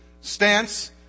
stance